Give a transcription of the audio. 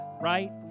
right